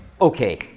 Okay